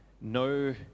no